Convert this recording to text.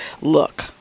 look